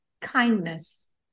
kindness